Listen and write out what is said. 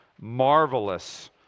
marvelous